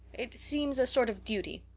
it seems a sort of duty.